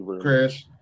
Chris